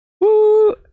Woo